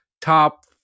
top